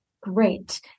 Great